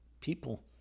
people